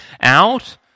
out